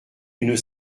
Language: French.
une